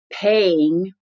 paying